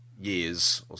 years